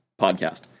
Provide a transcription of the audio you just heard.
podcast